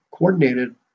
coordinated